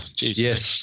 Yes